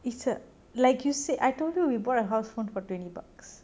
is a like you said I told you we bought a house phone for twenty bucks